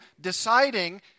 deciding